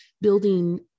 building